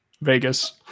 Vegas